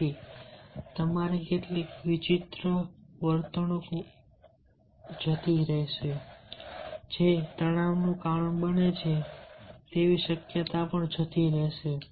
તેથી તમારી કેટલીક વિચિત્ર વર્તણૂક જશે જે તણાવનું કારણ બને તેવી શક્યતા છે